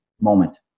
moment